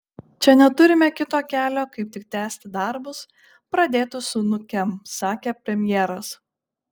čia neturime kito kelio kaip tik tęsti darbus pradėtus su nukem sakė premjeras